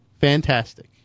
Fantastic